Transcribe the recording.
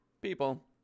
people